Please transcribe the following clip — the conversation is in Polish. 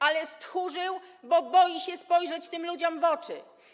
Ale stchórzył, bo boi się spojrzeć tym ludziom w oczy.